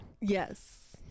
Yes